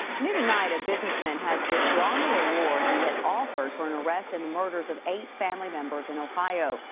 new tonight. a businessman has withdrawn the reward he had offered. for an arrest in the murders of eight family members in ohio.